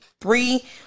three